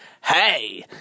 Hey